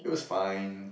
it was fine